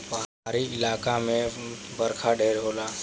पहाड़ी इलाका मे बरखा ढेर होला